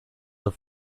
the